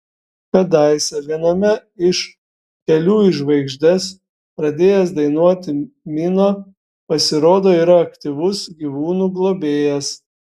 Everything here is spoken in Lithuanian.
kadaise viename iš kelių į žvaigždes pradėjęs dainuoti mino pasirodo yra aktyvus gyvūnų globėjas